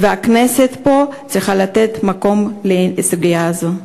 והכנסת פה צריכה לתת מקום לסוגיה הזאת.